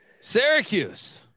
Syracuse